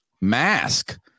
mask